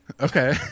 Okay